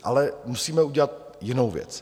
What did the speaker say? Ale musíme udělat jinou věc.